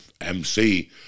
MC